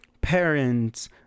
parents